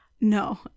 No